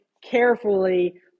carefully